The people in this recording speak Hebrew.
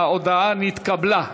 ההודעה נתקבלה.